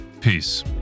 Peace